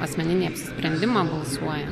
asmeninį apsisprendimą balsuojant